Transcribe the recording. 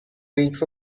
weeks